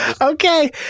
Okay